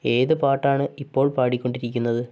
ഏത് പാട്ടാണ് ഇപ്പോള് പാടികൊണ്ടിരിക്കുന്നത്